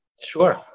Sure